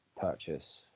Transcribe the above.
purchase